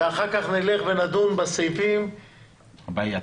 ואחר כך נלך ונדון בסעיפים -- הבעייתיים.